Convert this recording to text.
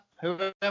whoever